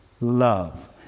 love